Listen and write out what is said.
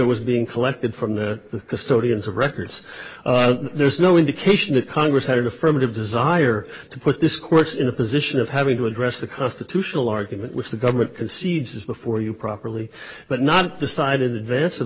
was being collected from the custodians of records there's no indication that congress had affirmative desire to put this court's in a position of having to address the constitutional argument which the government concedes is before you properly but not decide in advance